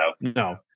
no